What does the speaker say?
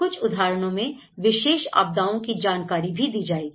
कुछ उदाहरणों में विशेष आपदाओं की जानकारी भी दी जाएगी